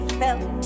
felt